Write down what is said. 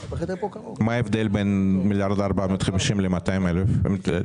מה ההבדל בין 1.450 מיליארד ל-200 מיליון?